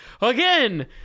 again